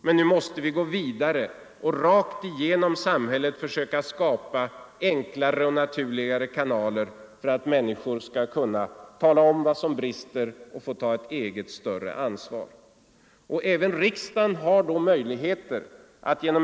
Men nu måste vi gå vidare och rakt genom vårt samhälle skapa enklare och naturligare kanaler för människorna att tala om vad som brister och att få ta större eget ansvar Även riksdagen har mö för närdemokratin.